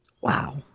Wow